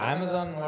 Amazon